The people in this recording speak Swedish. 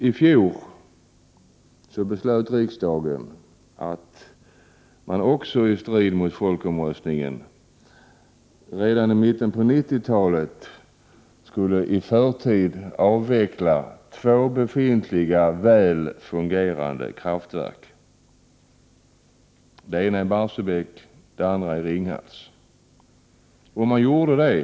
I fjol beslöt riksdagen att man — också i strid mot folkomröstningen — redan i mitten på 1990-talet skulle i förtid avveckla två befintliga väl fungerande kraftverk, det ena i Barsebäck och det andra i Ringhals. Och man beslöt detta Prot.